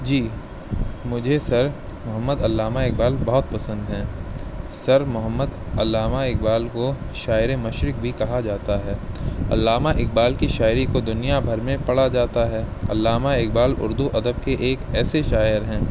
جی مجھے سر محمد علامہ اقبال بہت پسند ہیں سر محمد علامہ اقبال کو شاعر مشرق بھی کہا جاتا ہے علامہ اقبال کی شاعری کو دنیا بھر میں پڑھا جاتا ہے علامہ اقبال اردو ادب کے ایک ایسے شاعر ہیں